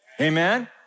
Amen